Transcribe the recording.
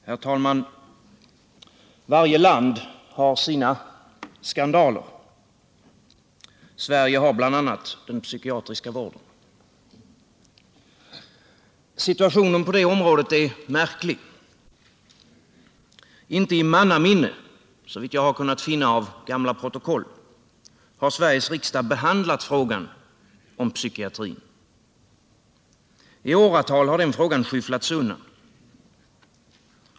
Herr talman! Varje land har sina skandaler. Sverige har bl.a. den psykiatriska vården. Situationen på det området är märklig. Inte i mannaminne, såvitt jag har kunnat finna av gamla protokoll, har Sveriges riksdag behandlat frågan om psykiatrin. I åratal har den frågan skyfflats undan.